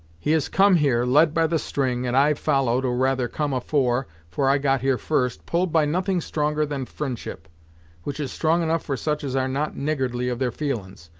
he has come here, led by the string, and i've followed, or rather come afore, for i got here first, pulled by nothing stronger than fri'ndship which is strong enough for such as are not niggardly of their feelin's,